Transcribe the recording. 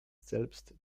selbst